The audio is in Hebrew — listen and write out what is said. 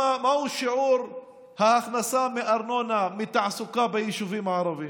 מהו שיעור ההכנסה מארנונה מתעסוקה ביישובים הערביים?